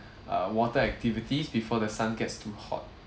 err water activities before the sun gets too hot